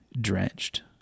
drenched